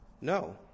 no